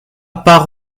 part